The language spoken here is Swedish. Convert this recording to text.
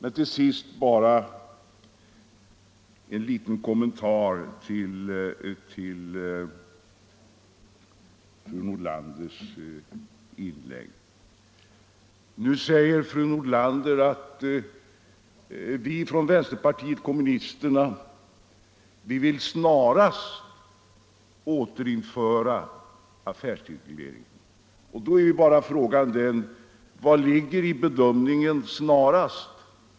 Till sist bara en liten kommentar till fru Nordlanders inlägg. Fru Nordlander säger: Vi från vänsterpartiet kommunisterna vill snarast återinföra affärstidsreglering. Men då är bara frågan den: Vad ligger i bedömningen ”snarast”?